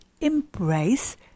embrace